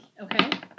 Okay